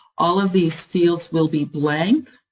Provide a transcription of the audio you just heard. all of these fields will be blank.